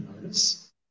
notice